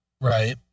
Right